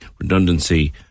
Redundancy